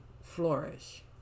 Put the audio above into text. flourish